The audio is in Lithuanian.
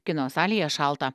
kino salėje šalta